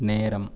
நேரம்